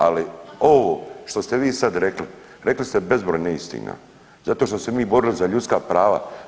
Ali ovo što ste vi sad rekli, rekli ste bezbroj neistina zato što smo se mi borili za ljudska prava.